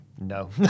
no